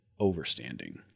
overstanding